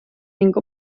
ning